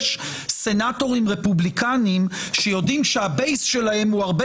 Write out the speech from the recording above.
יש סנטורים רפובליקנים שיודעים שהבייס שלהם הוא הרבה